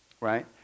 right